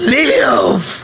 live